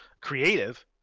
creative